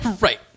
Right